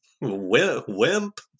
wimp